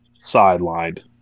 sidelined